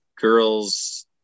girls